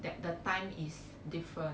that the time is different